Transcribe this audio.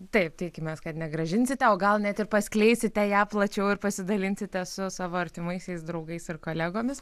taip tikimės kad negrąžinsite o gal net ir paskleisite ją plačiau ir pasidalinsite su savo artimaisiais draugais ar kolegomis